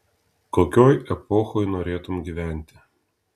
kokioj epochoj norėtum gyventi